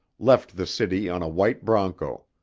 left the city on a white broncho.